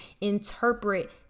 interpret